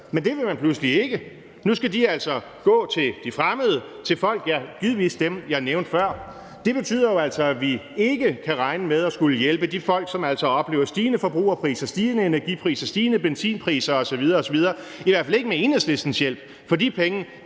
Men det vil man pludselig ikke. Nu skal de altså gå til de fremmede, ja, givetvis til dem, jeg nævnte før. Det betyder jo altså, at vi ikke kan regne med at skulle hjælpe de folk, som oplever stigende forbrugerpriser, stigende energipriser, stigende benzinpriser osv. osv. – i hvert fald ikke med Enhedslistens hjælp, for de penge